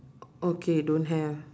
okay don't have